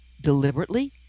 deliberately